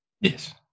Yes